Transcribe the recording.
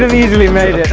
and easily made